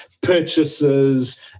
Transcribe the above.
purchases